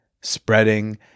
spreading